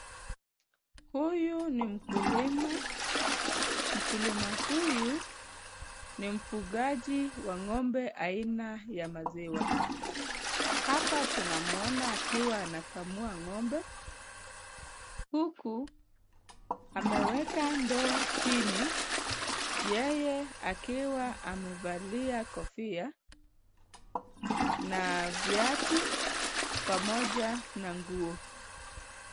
Huyu ni mkulima, mkulima huyu ni mfugaji wa ng'ombe aina ya maziwa. Hapa tunamuona akiwa anakamua ng'ombe huku ameweka ndoo chini yeye akiwa amevalia kofia na viatu pamoja na nguo.